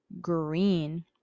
Green